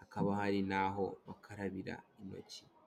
hakaba hari n'aho bakarabira intoki.